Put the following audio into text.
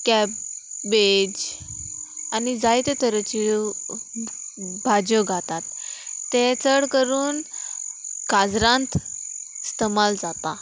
cabbage आनी जायते तरेच्यो भाजयो घातात तें चड करून काजरांत स्थमाल जाता